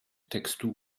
textur